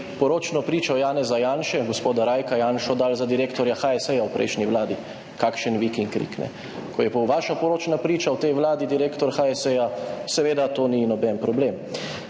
poročno pričo Janeza Janše, gospoda Rajka Janšo, dali za direktorja HSE v prejšnji vladi, kakšen vik in krik. Ko je pa v tej vladi vaša poročna priča direktor HSE, seveda to ni noben problem.